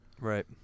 Right